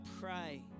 pray